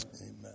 Amen